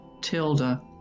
Tilda